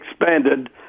expanded